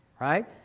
Right